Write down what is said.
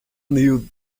knew